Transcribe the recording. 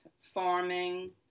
farming